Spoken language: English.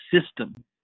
system